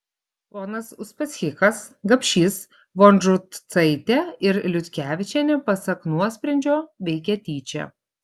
ponas uspaskichas gapšys vonžutaitė ir liutkevičienė pasak nuosprendžio veikė tyčia